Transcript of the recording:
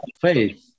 faith